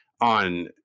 on